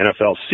NFL